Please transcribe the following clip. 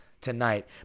Tonight